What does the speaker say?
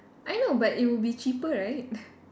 I know but it would be cheaper right